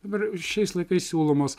dabar šiais laikais siūlomos